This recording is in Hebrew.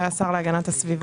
זה היה השר להגנת הסביבה,